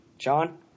John